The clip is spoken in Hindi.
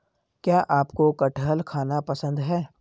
क्या आपको कठहल खाना पसंद है?